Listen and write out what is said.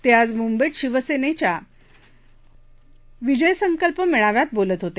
ते आज मुंबईत शिवसेनेच्या विजय संकल्प मेळाव्यात बोलत होते